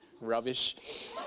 rubbish